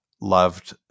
loved